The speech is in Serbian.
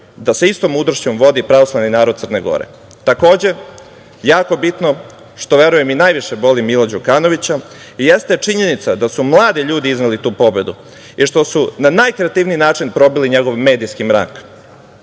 da sa istom mudrošću vodi pravoslavni narod Crne Gore. Takođe, jako bitno, što verujem i najviše boli Mila Đukanovića, jeste činjenica da su mladi ljudi izneli tu pobedu i što su na najkreativniji način probili njegov medijski mrak.